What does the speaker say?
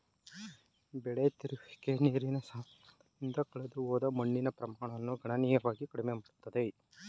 ಬೆಳೆ ತಿರುಗುವಿಕೆಯು ನೀರಿನ ಸವೆತದಿಂದ ಕಳೆದುಹೋದ ಮಣ್ಣಿನ ಪ್ರಮಾಣವನ್ನು ಗಣನೀಯವಾಗಿ ಕಡಿಮೆ ಮಾಡುತ್ತದೆ